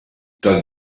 does